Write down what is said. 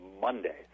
Monday